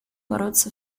бороться